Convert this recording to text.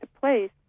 place